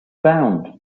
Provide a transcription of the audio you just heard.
bound